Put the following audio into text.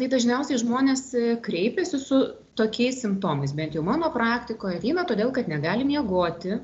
tai dažniausiai žmonės kreipiasi su tokiais simptomais bent jau mano praktikoj ateina todėl kad negali miegoti